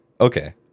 Okay